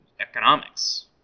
economics